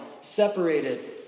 Separated